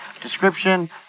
description